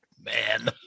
man